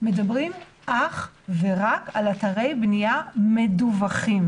מדברים אך ורק על אתרי בנייה מדווחים.